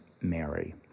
Mary